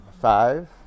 Five